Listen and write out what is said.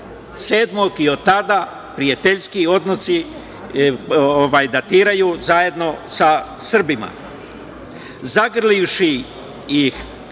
VII i od tada prijateljski odnosi datiraju zajedno sa Srbima.„Zagrlivši ih,